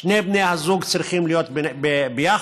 שני בני הזוג צריכים להיות ביחד.